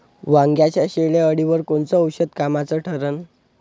वांग्याच्या शेंडेअळीवर कोनचं औषध कामाचं ठरन?